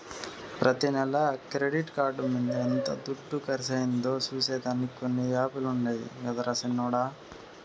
ప్రతి నెల credit card మింద ఎంత దుడ్డు కర్సయిందో సూసే దానికి కొన్ని యాపులుండాయి గదరా సిన్నోడ